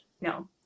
no